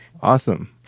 Awesome